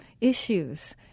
issues